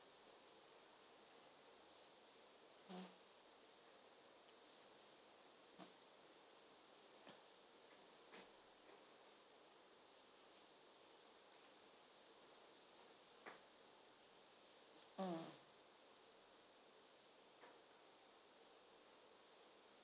mm